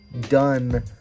done